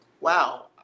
wow